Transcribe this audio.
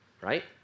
right